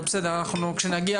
כשנגיע